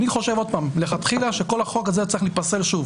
אני חושב שכל החוק הזה לכתחילה צריך שוב להיפסל,